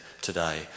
today